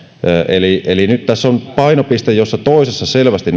eli eli nyt tässä on painopiste jossa toisessa selvästi